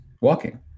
walking